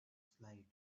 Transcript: slide